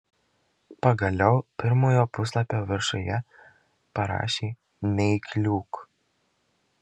pagaliau pirmojo puslapio viršuje parašė neįkliūk